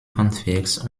handwerks